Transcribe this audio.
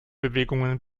bewegungen